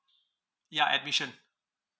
ya admission